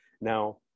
Now